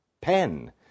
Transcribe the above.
pen